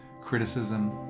criticism